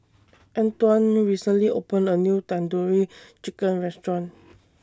Antwan recently opened A New Tandoori Chicken Restaurant